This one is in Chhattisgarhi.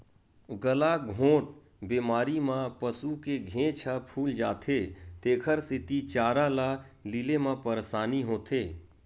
गलाघोंट बेमारी म पसू के घेंच ह फूल जाथे तेखर सेती चारा ल लीले म परसानी होथे